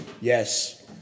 Yes